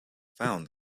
found